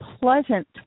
pleasant